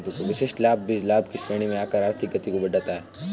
विशिष्ट लाभ भी लाभ की श्रेणी में आकर आर्थिक गति को बढ़ाता है